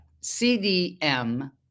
CDM